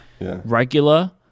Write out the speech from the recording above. regular